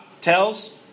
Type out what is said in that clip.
tells